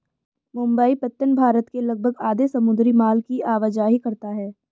मुंबई पत्तन भारत के लगभग आधे समुद्री माल की आवाजाही करता है